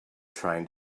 trying